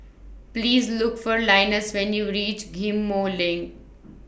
Please Look For Linus when YOU REACH Ghim Moh LINK